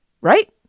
right